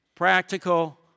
Practical